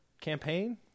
campaign